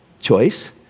choice